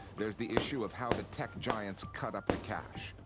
there's the issue of how the tech giants cut up the cash,